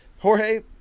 Jorge